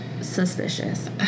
suspicious